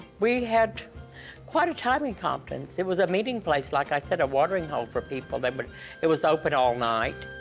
we had quite a time in compton's. it was a meeting place, like i said, a watering hole for people. but it was open all night.